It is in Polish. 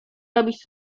robić